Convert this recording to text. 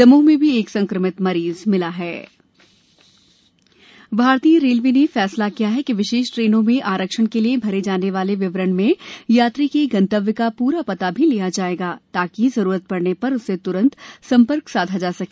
दमोह में भी एक संक्रमित मरीज मिला है रेलवे आरक्षण गंतव्य भारतीय रेलवे ने फैसला किया है कि विशेष ट्रेनों में आरक्षण के लिए भरे जाने वाले विवरण में यात्री के गंतव्य का पूरा पता भी लिया जाएगा ताकि ज़रूरत पड़ने पर उससे त्रंत संपर्क साधा जा सके